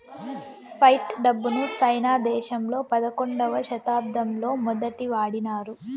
fight డబ్బును China దేశంలో పదకొండవ శతాబ్దంలో మొదటి వాడినారు